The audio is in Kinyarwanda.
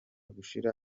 gushira